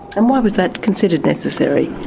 and why was that considered necessary?